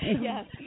yes